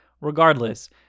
Regardless